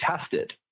tested